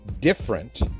different